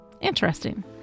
interesting